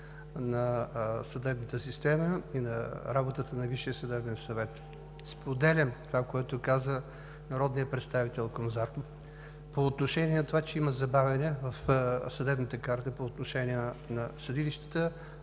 на съдебната система и на работата на Висшия съдебен съвет. Споделям това, което каза народният представител Крум Зарков по отношение на това, че има забавяне в съдебната карта по отношение на съдилищата,